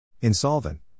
Insolvent